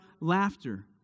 laughter